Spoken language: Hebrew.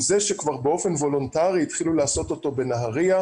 זה שכבר באופן וולנטרי התחילו לעשות אותו בנהריה,